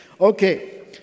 Okay